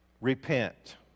repent